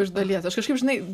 iš dalies aš kažkaip žinai